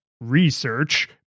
research